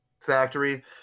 factory